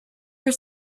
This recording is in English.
were